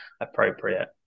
appropriate